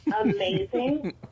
amazing